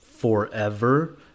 forever